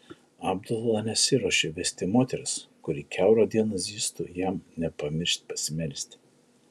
abdula nesiruošė vesti moters kuri kiaurą dieną zyztų jam nepamiršti pasimelsti